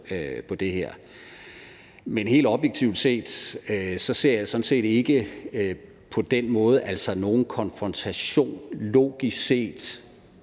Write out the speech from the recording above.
Men helt objektivt set ser jeg sådan set ikke på den måde nogen konfrontation logisk set